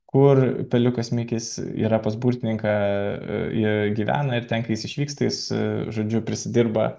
kur peliukas mikis yra pas burtininką jie gyvena ir ten kai jis išvyksta jis žodžiu prisidirba